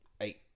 eight